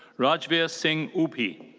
rajveer singh ubhi.